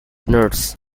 nurse